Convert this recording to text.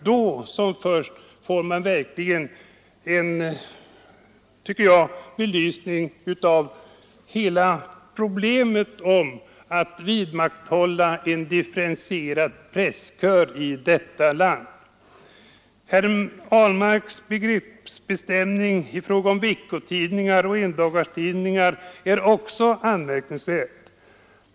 Då först får man, tycker jag, en verklig belysning av problemet hur man skall kunna vidmakthålla en differentierad presskör i detta land. Herr Ahlmarks begreppsbestämning i fråga om veckotidningar och endagstidningar är också anmärkningsvärd.